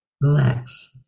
relax